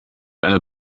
eine